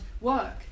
work